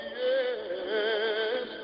yes